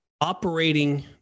operating